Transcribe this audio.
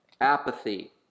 apathy